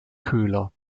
köhler